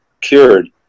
cured